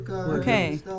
Okay